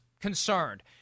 concerned